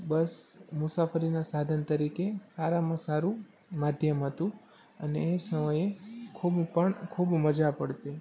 બસ મુસાફરીના સાધન તરીકે સારામાં સારું માધ્યમ હતું અને એ સમયે ખૂબ પણ ખૂબ મજા પડતી